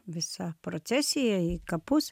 visa procesija į kapus